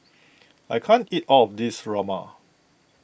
I can't eat all of this Rajma